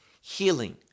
healing